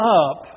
up